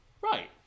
Right